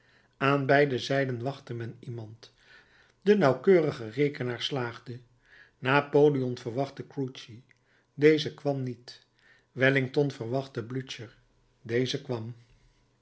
aan beide zijden wachtte men iemand de nauwkeurige rekenaar slaagde napoleon verwachtte grouchy deze kwam niet wellington verwachtte blücher deze kwam